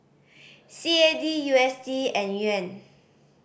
C A D U S D and Yuan